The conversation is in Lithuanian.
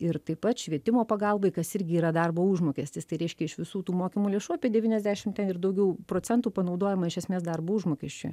ir taip pat švietimo pagalbai kas irgi yra darbo užmokestis tai reiškia iš visų tų mokymų lėšų apie devyniasdešim ten ir daugiau procentų panaudojama iš esmės darbo užmokesčiui